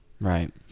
Right